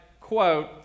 quote